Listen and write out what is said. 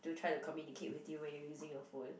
do try to communicate with you when you are using your phone